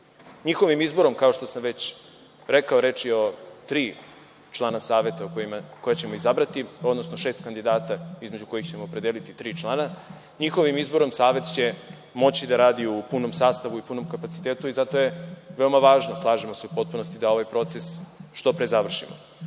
Njihovim izborom, kao što sam već rekao, reč je o tri člana Saveta koja ćemo izabrati, odnosno šest kandidata između kojih ćemo se opredeliti za tri člana, njihovim izborom Savet će moći da radi u punom sastavu i punom kapacitetu. Zato je veoma važno, slažemo se u potpunosti, da ovaj proces što pre završimo. Ono